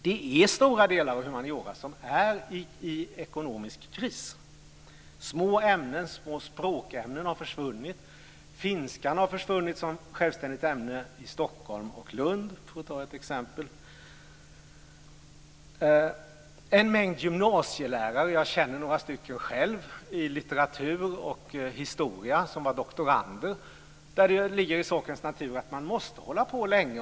Det är stora delar av humaniora som är i ekonomisk kris. Små språkämnen har försvunnit. Finskan har försvunnit som självständigt ämne i Stockholm och Lund, för att ta ett exempel. En mängd gymnasielärare - jag känner några stycken själv - i litteratur och historia var doktorander. Det ligger i sakens natur att de måste hålla på länge.